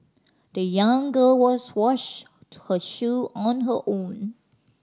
the young girl was washed her shoe on her own